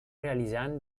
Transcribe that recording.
realitzant